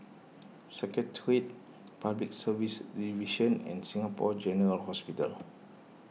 Secretariat Public Service Division and Singapore General Hospital